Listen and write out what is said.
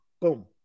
Boom